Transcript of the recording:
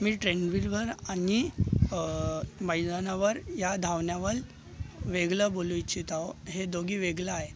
मी ट्रेंडमिलवर आणि मैदानावर या धावण्यावर वेगळं बोलू इच्छित आहे हे दोन्ही वेगळं आहे